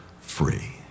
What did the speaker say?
free